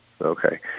Okay